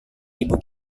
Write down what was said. ibu